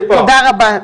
תודה רבה.